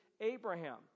Abraham